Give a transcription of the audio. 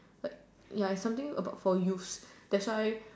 like ya it's something about for youths that's why